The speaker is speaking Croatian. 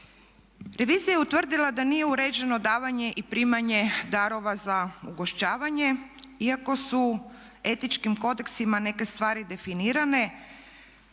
Revizija je utvrdila da nije uređeno davanje i primanje darova za ugošćavanje iako su etičkim kodeksima neke stvari definirane.